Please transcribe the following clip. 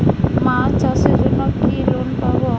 মাছ চাষের জন্য কি লোন পাব?